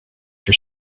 your